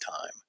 time